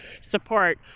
support